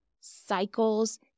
cycles